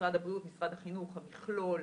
משרד הבריאות, משרד החינוך, המכלול,